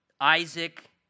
Isaac